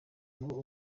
ngo